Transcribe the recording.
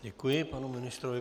Děkuji panu ministrovi.